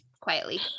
quietly